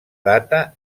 data